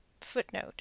Footnote